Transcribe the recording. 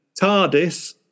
TARDIS